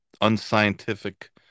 unscientific